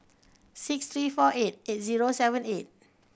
six three four eight eight zero seven eight